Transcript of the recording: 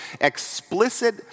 explicit